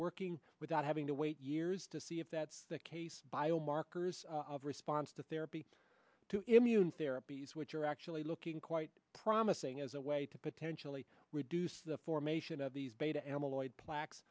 working without having to wait years to see if that's the case biomarkers of response to therapy to immune therapies which are actually looking quite promising as a way to potentially reduce the formation of these beta amyloid plaques